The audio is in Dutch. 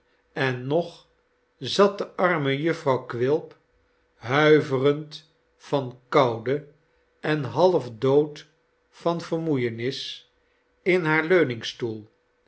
en nog zat de arme jufvrouw quilp huiverend van koude en halfdood van vermoeienis in haar